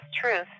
truth